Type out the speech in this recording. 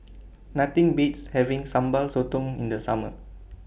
Nothing Beats having Sambal Sotong in The Summer